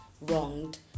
wronged